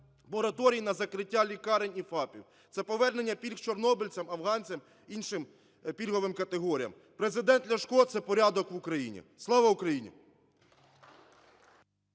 мораторій на закриття лікарень і ФАПів, це повернення пільг чорнобильцям, афганцям, іншим пільговим категоріям, президент Ляшко – це порядок в Україні. Слава Україні!